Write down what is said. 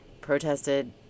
protested